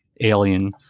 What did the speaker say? Alien